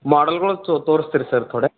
ಮಾಡಲ್ಗಳು ತೋ ತೋರಿಸ್ತಿರಾ ಸರ್ ಥೋಡೆ